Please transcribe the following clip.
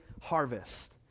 harvest